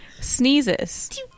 sneezes